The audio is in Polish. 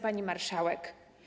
Pani Marszałek!